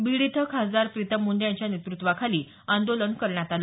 बीड इथं खासदार प्रितम मुंडे यांच्या नेतृत्वाखाली आंदोलन करण्यात आलं